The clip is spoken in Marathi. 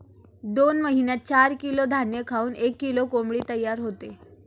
दोन महिन्यात चार किलो धान्य खाऊन एक किलो कोंबडी तयार होते